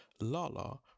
Lala